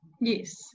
Yes